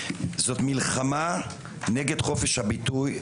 מלחמה נגד חופש הביטוי,